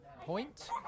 point